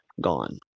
Gone